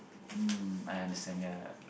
mm I understand yeah